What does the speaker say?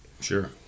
Sure